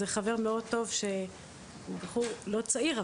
זה שחבר מאוד טוב בחור לא צעיר,